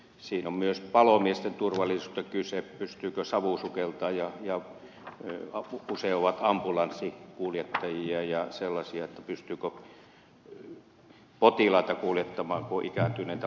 siinä on myös palomiesten turvallisuudesta kyse pystyvätkö savusukeltamaan ja kun usein he ovat ambulanssinkuljettajia ja sellaisia niin potilaita kuljettamaan kun on ikääntyneitä palomiehiä